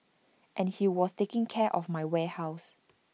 and he was taking care of my warehouse